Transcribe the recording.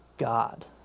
God